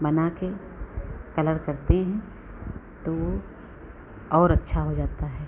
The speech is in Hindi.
बनाकर कलर करते हैं तो वह और अच्छा हो जाता है